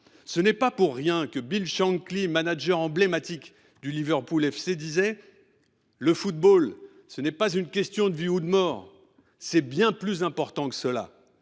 Ce n’est pas pour rien que Bill Shankly, manager emblématique du Liverpool FC, disait :« Le football, ce n’est pas une question de vie ou de mort, c’est bien plus important que cela.